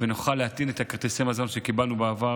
ונוכל להטעין את כרטיסי המזון שקיבלנו בעבר?